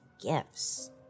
Gifts